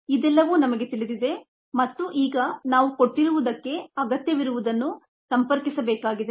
ಇದೆಲ್ಲವೂ ನಮಗೆ ತಿಳಿದಿದೆ ಮತ್ತು ಈಗ ನಾವು ಕೊಟ್ಟಿರುವದಕ್ಕೆ ಅಗತ್ಯವಿರುವದನ್ನು ಸಂಪರ್ಕಿಸಬೇಕಾಗಿದೆ